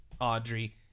Audrey